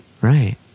Right